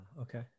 Okay